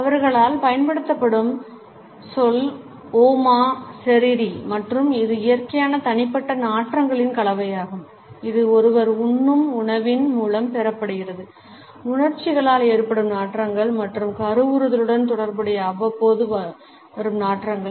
அவர்களால் பயன்படுத்தப்படும் சொல் ஓமா செரிரி மற்றும் இது இயற்கையான தனிப்பட்ட நாற்றங்களின் கலவையாகும் இது ஒருவர் உண்ணும் உணவின் மூலம் பெறப்படுகிறது உணர்ச்சிகளால் ஏற்படும் நாற்றங்கள் மற்றும் கருவுறுதலுடன் தொடர்புடைய அவ்வப்போது வரும் நாற்றங்கள்